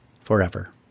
forever